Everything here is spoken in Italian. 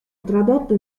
tradotto